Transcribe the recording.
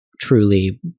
truly